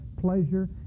pleasure